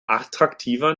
attraktiver